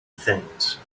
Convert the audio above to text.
things